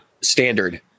standard